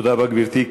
תודה רבה, גברתי.